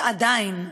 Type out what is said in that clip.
ועדיין,